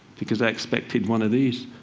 because i expected one of these.